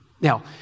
Now